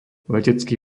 letecký